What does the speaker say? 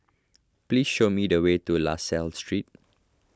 please show me the way to La Salle Street